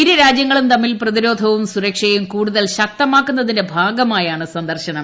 ഇരു രാജ്യ ങ്ങളും തമ്മിൽ പ്രതിരോധവും സൂരക്ഷയും കൂടുതൽ ശക്തമാക്കുന്ന തിന്റെ ഭാഗമായാണ് സന്ദർശനം